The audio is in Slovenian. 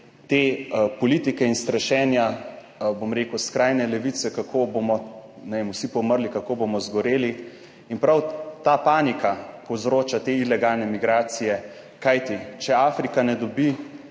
te politike in strašenja, bom rekel, skrajne levice, kako bomo, ne vem, vsi pomrli, kako bomo zgoreli. In prav ta panika povzroča te ilegalne migracije. Kajti, če Afrika ne dobi